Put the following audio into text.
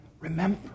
remember